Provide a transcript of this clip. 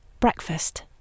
Breakfast